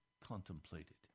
contemplated